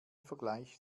vergleich